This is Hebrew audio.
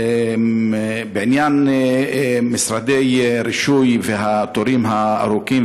בעניין משרדי רישוי והתורים הארוכים,